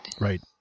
Right